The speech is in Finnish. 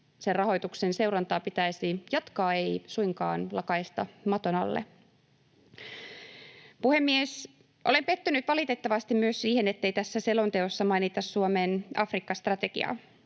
maiden rahoituksen seurantaa pitäisi jatkaa, ei suinkaan lakaista maton alle. Puhemies! Olen pettynyt valitettavasti myös siihen, ettei tässä selonteossa mainita Suomen Afrikka-strategiaa.